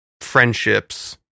friendships